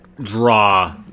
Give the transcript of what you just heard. draw